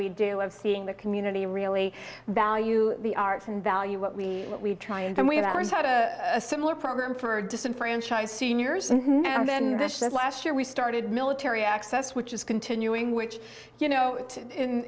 we do of seeing the community really value the arts and value what we what we try and then we have a similar program for disenfranchised seniors and now and then last year we started military access which is continuing which you know